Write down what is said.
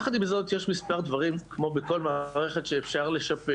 עם זאת, כמו בכל מערכת, יש מספר דברים